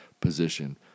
position